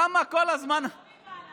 למה כל הזמן, לא מבל"ד, מהמעשים.